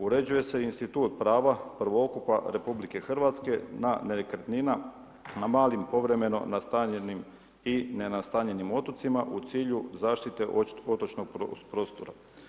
Uređuje se institut prava prvokupa RH na nekretninama, na malim, povremeno nastanjenim i ne nastanjenim otocima u cilju zaštite otočnog prostora.